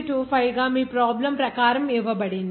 25 గా మీ ప్రాబ్లెమ్ ప్రకారం ఇవ్వబడింది